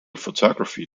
photography